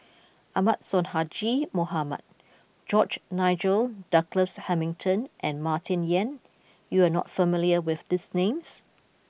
Ahmad Sonhadji Mohamad George Nigel Douglas Hamilton and Martin Yan you are not familiar with these names